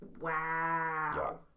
Wow